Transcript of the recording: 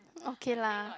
okay lah